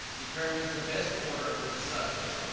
determines the best order for the subject,